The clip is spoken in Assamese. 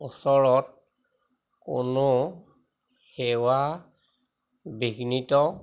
ওচৰত কোনো সেৱা বিঘ্নিত